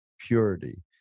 purity